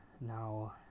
now